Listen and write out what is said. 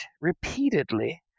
repeatedly